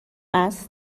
است